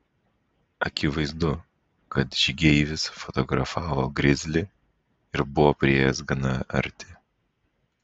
akivaizdu kad žygeivis fotografavo grizlį ir buvo priėjęs gana arti